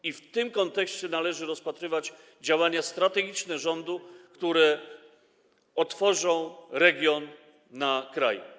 I w tym kontekście należy rozpatrywać działania strategiczne rządu, które otworzą region na kraj.